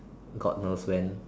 God knows when